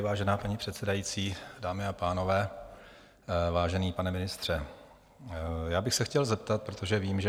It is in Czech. Vážená paní předsedající, dámy a pánové, vážený pane ministře, já bych se chtěl zeptat, protože vím, že